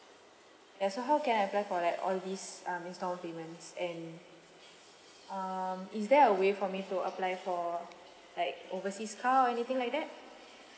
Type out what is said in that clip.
ya so how can I apply for like all these um instalment payments and um is there a way for me to apply for like overseas card or anything like that